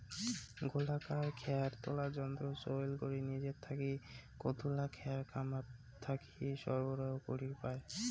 গোলাকার খ্যার তোলার যন্ত্র চইল করি নিজের থাকি কতুলা খ্যার খামার থাকি সরবরাহ করির পায়?